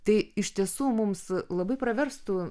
tai iš tiesų mums labai praverstų